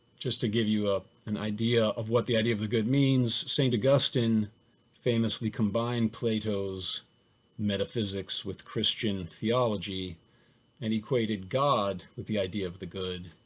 just to give you an idea of what the idea of the good means, st. agustin famously combined plato's metaphysics with christian theology and equated god with the idea of the good.